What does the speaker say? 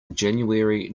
january